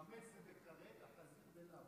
החמץ זה בכרת, החזיר זה לאו.